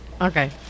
okay